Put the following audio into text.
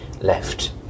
left